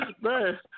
Man